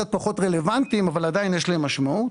פחות רלוונטיים אבל עדיין יש להם משמעות.